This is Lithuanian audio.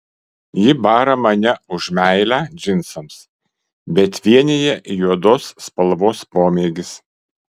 ji bara mane už meilę džinsams bet vienija juodos spalvos pomėgis